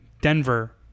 Denver